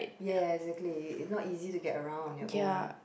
ya exactly is not easy to get around on your own